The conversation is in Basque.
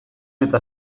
eta